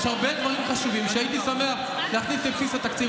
יש הרבה דברים חשובים שהייתי שמח להכניס לבסיס התקציב.